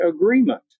agreement